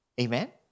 Amen